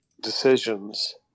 decisions